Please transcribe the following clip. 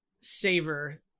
savor